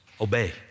obey